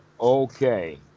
okay